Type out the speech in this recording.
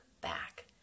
back